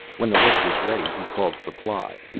when the list was ready he called supply.